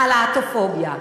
הלהט"בופוביה,